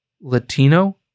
Latino